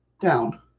down